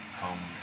home